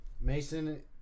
Mason